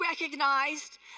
recognized